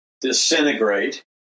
disintegrate